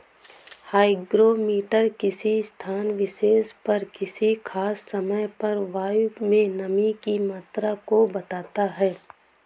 hygrometer किसी स्थान विशेष पर किसी खास समय पर वायु में नमी की मात्रा को बताता है